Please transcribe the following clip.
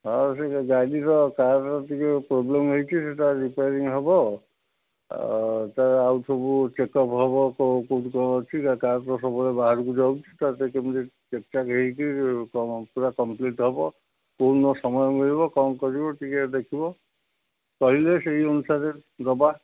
ହଁ ସେ ଗାଡ଼ିର କାରର ଟିକେ ପ୍ରୋବ୍ଲେମ୍ ହେଇଛି ସେଇଟା ରିପ୍ୟାରିଙ୍ଗ୍ ହେବ ତ ଆଉ ସବୁ ଚେକ୍ଅପ ହେବ କେଉଁଠି କ'ଣ ଅଛି ଗାଡ଼ିଟା ସବୁବେଳେ ବାହାରକୁ ଯାଉଛି ତ ସେଇଟା କେମିତି ଚେକ୍ଚାକ୍ ହେଇକି କ'ଣ ପୁରା କମ୍ପ୍ଲିଟ୍ ହେବ କେଉଁ ଦିନ ସମୟ ମିଳିବ କ'ଣ କରିବ ଟିକେ ଦେଖିବ କହିଲେ ସେହି ଅନୁସାରେ ଦେବା